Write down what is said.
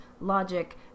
logic